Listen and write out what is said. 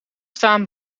staan